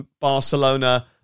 Barcelona